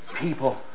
people